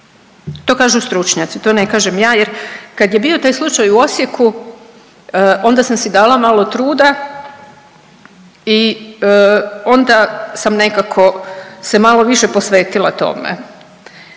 To kažu stručnjaci, to ne kažem ja jer kad je bio taj slučaj u Osijeku onda sam si dala malo truda i onda sam nekako se malo više posvetila tome.